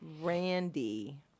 Randy